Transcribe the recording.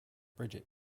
brigitte